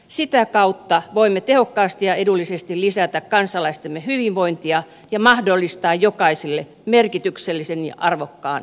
sitä kautta voimme tehokkaasti ja edullisesti lisätä kansalaistemme hyvinvointia ja mahdollistaa jokaiselle merkityksellisen ja arvokkaan elämän